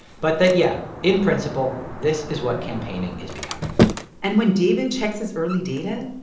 but that, yeah, in principle, this is what campaigning is becoming and when david checks his early data,